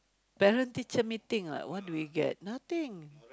parent teacher meeting ah what do we get nothing